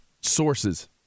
sources